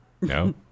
No